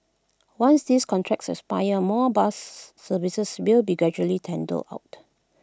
once these contracts expire more buses services will be gradually tendered out